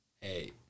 Hey